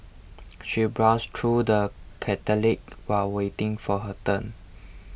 she browsed through the catalogues while waiting for her turn